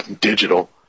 digital